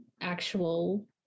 actual